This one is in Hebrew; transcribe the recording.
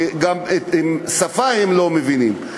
שאת השפה הם לא מבינים,